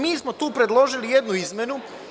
Mi smo tu predložili jednu izmenu.